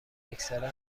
اکثرا